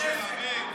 אתם מושחתים.